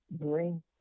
bring